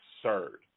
absurd